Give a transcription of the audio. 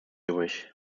übrig